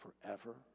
forever